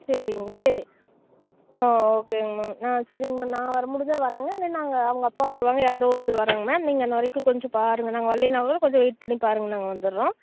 சரிங்க சரி ஆ ஓகேங்க மேம் ஆ சரிங்க மேம் நான் வர முடிஞ்சா வரேங்க இல்லை நாங்கள் அவங்க அப்பா வருவாங்க யாரோ ஒருத்தர் வராங்க மேம் நீங்கள் இன்னவரைக்கும் கொஞ்சம் பாருங்கள் நாங்கள் வரலைனா கூட கொஞ்சம் வெயிட் பண்ணி பாருங்கள் நாங்கள் வந்துடுறோம்